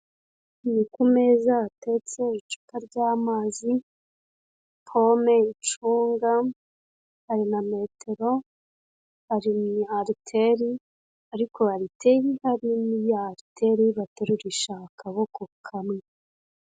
Ni ku meza hateretse icupa ry'amazi, pome, icunga, hari na metero, hari ariteri ariko ariteri ihari ni y'ariteri baterurisha akaboko kamwe.